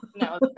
No